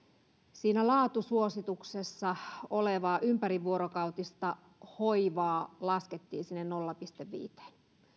laatusuosituksessa olevaa ympärivuorokautista hoivaa laskettiin sinne nolla pilkku viiteen